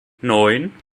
neun